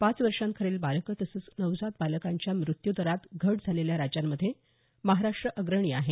पाच वर्षांखालील बालकं तसंच नवजात बालकांच्या मृत्यूदरात घट झालेल्या राज्यांमध्ये महाराष्ट्र अग्रणी राहिलं आहे